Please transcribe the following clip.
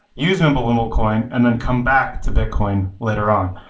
use mimblewimble coin and then come back to bitcoin later on.